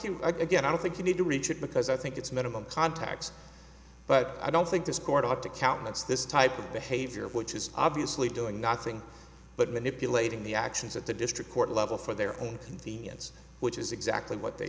you again i don't think you need to reach it because i think it's minimum contacts but i don't think this court ought to countenance this type of behavior which is obviously doing nothing but manipulating the actions at the district court level for their own convenience which is exactly what they